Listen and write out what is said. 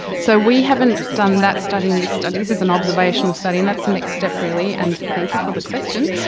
so we haven't done that study in this study. this is an observational study, and that's the next step really, and thank you for the question.